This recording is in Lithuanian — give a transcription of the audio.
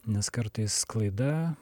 nes kartais klaida